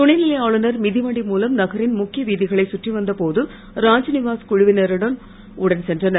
துணைநிலை ஆளுநர் மிதிவண்டி மூலம் நகரின் முக்கிய வீதிகளை சுற்றி வந்த போது ராத்நிவாஸ் குழுவினரும் உடன் சென்றனர்